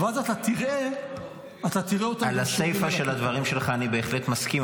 ואז אתה תראה אותם --- על הסיפה של הדברים שלך אני בהחלט מסכים,